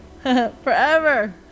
forever